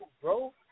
bro